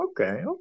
Okay